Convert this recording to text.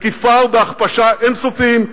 בתקיפה ובהכפשה אין-סופיות,